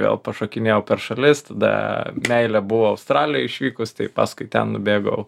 vėl pašokinėjau per šalis tada meilė buvo australijoj išvykus tai paskui ten nubėgau